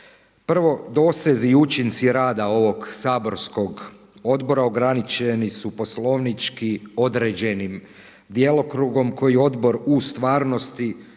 Prvo dosezi i učinci rada ovog saborskog odbora ograničeni su poslovnički određenim djelokrugom koji Odbor u stvarnosti